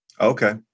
Okay